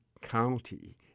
County